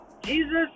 Jesus